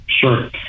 Sure